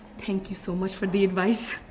thank you so much for the advice.